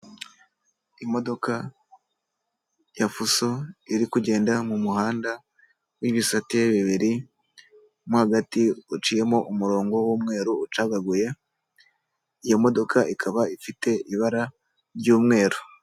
Imodoka, ya fuso iri kugenda mu muhanda, w'ibisatere bibiri, mo hagati uciyemo umurongo w'umweru ucagaguye. Iyo modoka ikaba ifite ibara ry'umweru.